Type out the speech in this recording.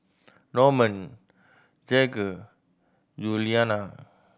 Norman Jagger Yuliana